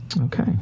okay